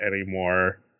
anymore